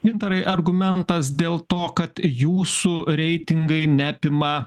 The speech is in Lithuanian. gintarai argumentas dėl to kad jūsų reitingai neapima